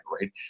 right